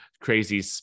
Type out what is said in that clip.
crazy